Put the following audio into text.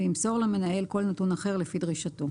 וימסור למנהל כל נתון אחר לפי דרישתו.